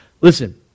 Listen